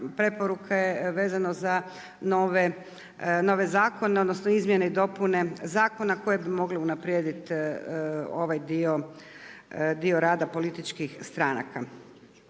preporuke vezane za nove zakone, odnosno, izmjene i dopune zakona koje bi mogle unaprijediti ovaj dio, dio rada političkih stranaka.